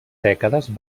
dècades